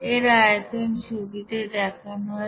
এর আয়তন ছবিতে দেখানো আছে